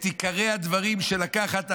את עיקרי הדברים של לקחת אחריות,